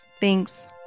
Thanks